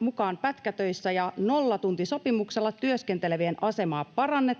mukaan pätkätöissä ja nollatuntisopimuksella työskentelevien asemaa parannetaan